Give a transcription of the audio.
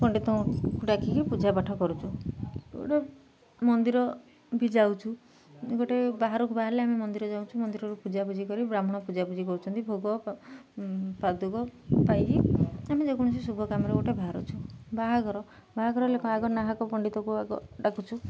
ପଣ୍ଡିତଙ୍କୁ ଡାକିକି ପୂଜା ପାଠ କରୁଛୁ ଗୋଟେ ମନ୍ଦିର ବି ଯାଉଛୁ ଗୋଟେ ବାହାରକୁ ବାହାରିଲେ ଆମେ ମନ୍ଦିର ଯାଉଛୁ ମନ୍ଦିରରୁ ପୂଜାପୂଜି କରି ବ୍ରାହ୍ମଣ ପୂଜାପୂଜି କରୁଛନ୍ତି ଭୋଗ ପାଦୁକ ପାଇକି ଆମେ ଯେକୌଣସି ଶୁଭ କାମରେ ଗୋଟେ ବାହାରୁଛୁ ବାହାଘର ବାହାଘର ଲୋକ ଆଗ ନାହାକ ପଣ୍ଡିତକୁ ଆଗ ଡାକୁଛୁ